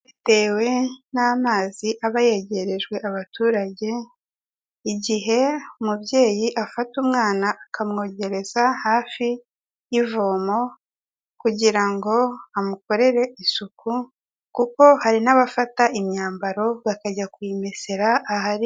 Bitewe n'amazi aba yegerejwe abaturage, igihe umubyeyi afata umwana akamwogereza hafi y'ivomo, kugira ngo amukorere isuku, kuko hari n'abafata imyambaro bakajya kuyimesera ahari...